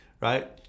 right